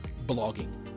blogging